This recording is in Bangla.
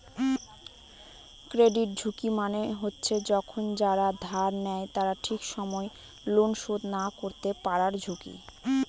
ক্রেডিট ঝুঁকি মানে হচ্ছে যখন যারা ধার নেয় তারা ঠিক সময় লোন শোধ না করতে পারার ঝুঁকি